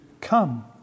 come